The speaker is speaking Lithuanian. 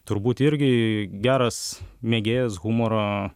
turbūt irgi geras mėgėjas humoro